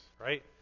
right